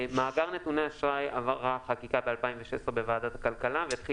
מאגר נתוני האשראי עבר חקיקה ב-2016 בוועדת הכלכלה והתחיל